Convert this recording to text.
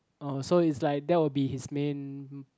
oh so it's like that will be his main